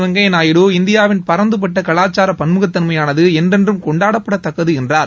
வெங்கையா நாயுடு இந்தியாவின் பரந்துபட்ட கலாச்சார பள்முகத்தன்மையானது என்றென்றும் கொண்டாடப்படத்தக்கது என்றார்